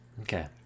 Okay